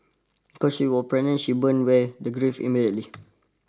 because she was pregnant she burns were grafted immediately